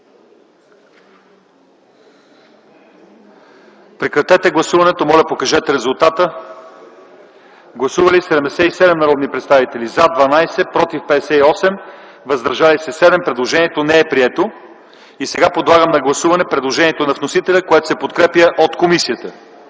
което не се подкрепя от комисията. Гласували 77 народни представители: за 12, против 58, въздържали се 7. Предложението не е прието. Подлагам на гласуване предложението на вносителя, което се подкрепя от комисията.